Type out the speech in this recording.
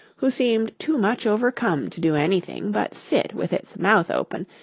who seemed too much overcome to do anything but sit with its mouth open,